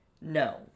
No